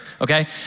okay